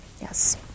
Yes